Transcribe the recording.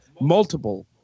multiple